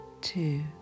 Two